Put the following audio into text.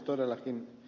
todellakin ed